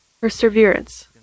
perseverance